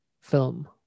film